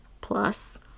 plus